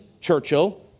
Churchill